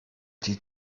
die